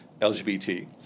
LGBT